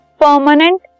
permanent